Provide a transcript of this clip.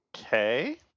Okay